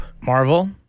Marvel